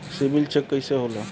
CIBIL check कइसे होला?